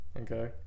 okay